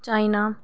China